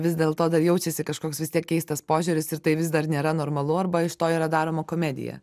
vis dėl to dar jaučiasi kažkoks vis tiek keistas požiūris ir tai vis dar nėra normalu arba iš to yra daroma komedija